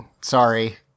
Sorry